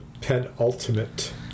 penultimate